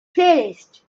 playlist